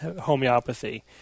homeopathy